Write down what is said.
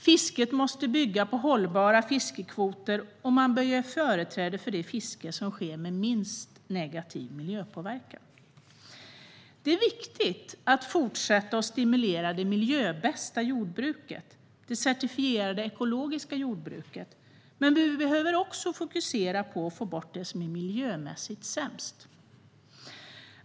Fisket måste bygga på hållbara fiskekvoter, och man bör ge företräde för det fiske som sker med minst negativ miljöpåverkan. Det är viktigt att fortsätta stimulera det miljöbästa jordbruket, det certifierade ekologiska jordbruket, men vi behöver också fokusera på att få bort det som är miljömässigt sämst.